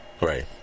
Right